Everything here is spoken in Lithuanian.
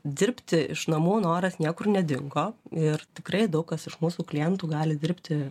dirbti iš namų noras niekur nedingo ir tikrai daug kas iš mūsų klientų gali dirbti